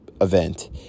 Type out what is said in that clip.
event